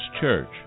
Church